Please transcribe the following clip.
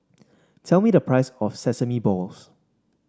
tell me the price of Sesame Balls